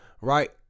right